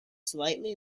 slightly